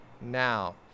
now